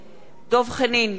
אינו נוכח